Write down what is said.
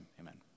amen